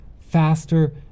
faster